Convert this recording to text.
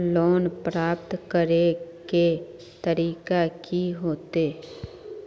Loan प्राप्त करे के तरीका की होते?